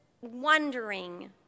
wondering